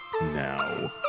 now